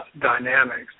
dynamics